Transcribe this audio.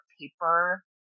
paper